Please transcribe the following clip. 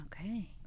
Okay